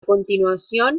continuación